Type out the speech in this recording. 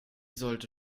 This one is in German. sollte